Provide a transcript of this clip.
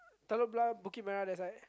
Telok-Blangah Bukit-Merah that side